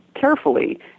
carefully